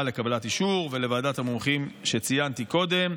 לקבלת האישור ולוועדת המומחים שציינתי מקודם.